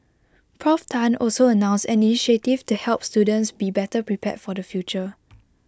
Prof Tan also announced an initiative to help students be better prepared for the future